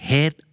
Head